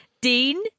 Dean